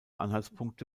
anhaltspunkte